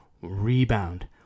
rebound